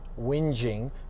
whinging